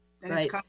right